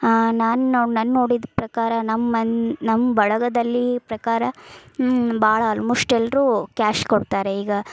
ನಾನು ನೊ ನಾನ್ ನೋಡಿದ ಪ್ರಕಾರ ನಮ್ಮ ಮನೆ ನಮ್ಮ ಬಳಗದಲ್ಲಿ ಪ್ರಕಾರ ಭಾಳ ಆಲ್ಮೋಶ್ಟ್ ಎಲ್ಲರೂ ಕ್ಯಾಶ್ ಕೊಡ್ತಾರೆ ಈಗ